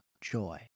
joy